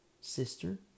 sister